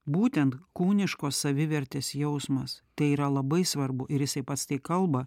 būtent kūniškos savivertės jausmas tai yra labai svarbu ir jisai pats tai kalba